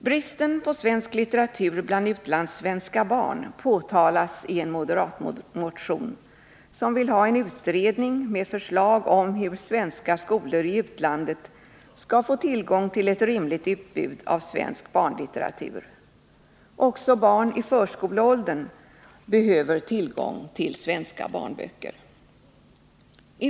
Bristen på svensk litteratur bland utlandssvenska barn påtalas i en moderatmotion, som vill ha en utredning och förslag om hur svenska skolor i utlandet skall få tillgång till ett rimligt utbud av svensk barnlitteratur. Också barn i förskoleåldern behöver tillgång till svenska barnböcker.